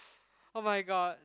oh-my-god